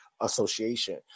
association